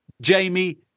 Jamie